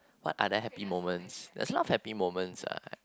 what are there happy moments there's a lot of happy moments ah